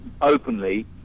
openly